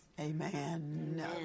Amen